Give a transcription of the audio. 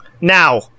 now